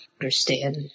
understand